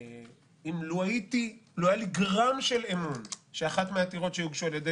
לא היה לי גרם של אמון שאחת מהעתירות שהוגשו על ידי